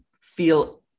feel